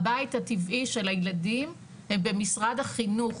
הבית הטבעי של הילדים הוא במשרד החינוך.